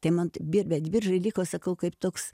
tai man te birbiant biržoj liko sakau kaip toks